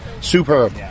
Superb